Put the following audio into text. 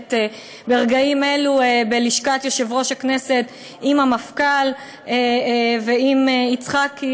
שמתנהלת ברגעים אלה בלשכת יושב-ראש הכנסת עם המפכ"ל ועם יצחקי,